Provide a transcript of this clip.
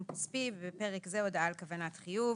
כספי (בפרק זה -- הודעה על כוונת חיוב).